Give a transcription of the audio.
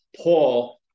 Paul